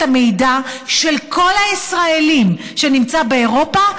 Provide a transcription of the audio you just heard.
המידע של כל הישראלים שנמצא באירופה,